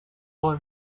war